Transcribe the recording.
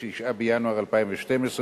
9 בינואר 2012,